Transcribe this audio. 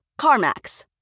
CarMax